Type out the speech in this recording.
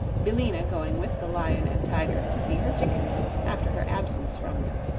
billina going with the lion and tiger to see her chickens after her absence from them.